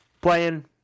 playing